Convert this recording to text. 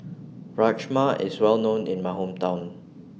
Rajma IS Well known in My Hometown